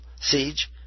siege